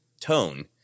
tone